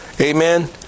Amen